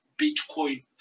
Bitcoin